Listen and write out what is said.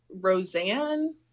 Roseanne